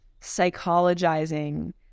psychologizing